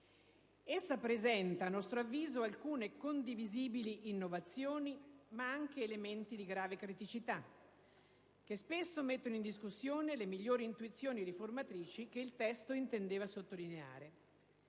Essa presenta alcune condivisibili innovazioni, ma anche elementi di grave criticità che spesso mettono in discussione le migliori intuizioni riformatrici che il testo intendeva sottolineare.